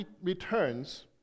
returns